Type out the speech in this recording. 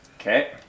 Okay